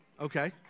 Okay